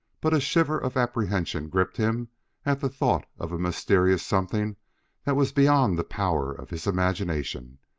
but a shiver of apprehension gripped him at the thought of a mysterious something that was beyond the power of his imagination,